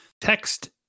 Text